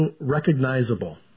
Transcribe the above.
recognizable